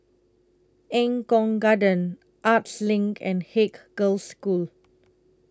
Eng Kong Garden Arts LINK and Haig Girls' School